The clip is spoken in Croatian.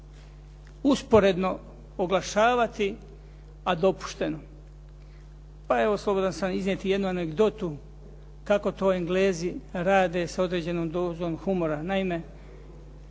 usporedno oglašavati, a dopušteno? Pa evo, slobodan sam iznijeti jednu anegdotu kako to Englezi rade s određenom dozom humora. Naime,